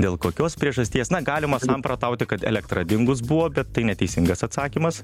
dėl kokios priežasties na galima samprotauti kad elektra dingus buvo bet tai neteisingas atsakymas